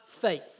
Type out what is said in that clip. faith